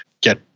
get